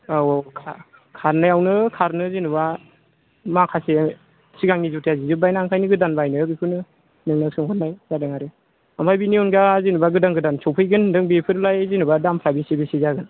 औ औ खारनायावनो खारनो जेनेबा माखासे सिगांनि जुथाया जिजोबबाय ना ओंखायनो गोदान बायनो बिखौनो नोंनाव सोंहरनाय जादों आरो आमफ्राय बिनि अनगा जेन'बा गोदान गोदान सौफैगोन होनदों बेफोरलाय जेन'बा दामफ्रा बेसे बेसे जागोन